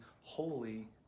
holy